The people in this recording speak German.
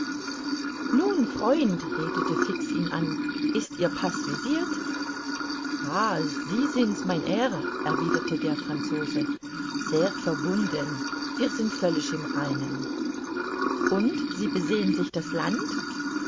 nun freund redete fix ihn an ist ihr paß visirt ah sie sind's mein herr erwiderte der franzose sehr verbunden wir sind völlig im reinen und sie besehen sich das land